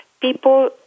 people